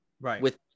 Right